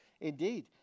Indeed